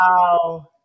Wow